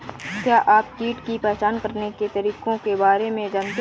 क्या आप कीट की पहचान करने के तरीकों के बारे में जानते हैं?